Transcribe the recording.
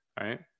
right